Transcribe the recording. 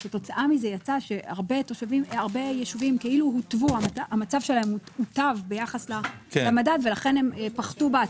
מה שגרם לכך שכאילו המצב של הרבה ישובים הוטב ביחס למדד והם פחתו בהטבה.